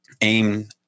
aim